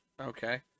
okay